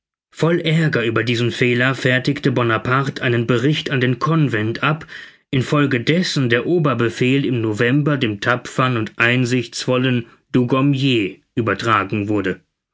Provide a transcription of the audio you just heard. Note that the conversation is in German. voll aerger über diesen fehler fertigte bonaparte einen bericht an den convent ab in folge dessen der oberbefehl im november dem tapfern und einsichtsvollen dugommier übertragen wurde